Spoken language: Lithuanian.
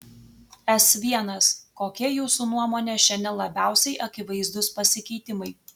s l kokie jūsų nuomone šiandien labiausiai akivaizdūs pasikeitimai